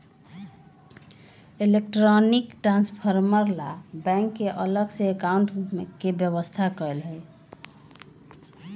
electronic transfer ला bank में अलग से काउंटर के व्यवस्था कएल हई